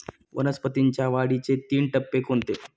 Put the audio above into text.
वनस्पतींच्या वाढीचे तीन टप्पे कोणते?